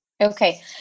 Okay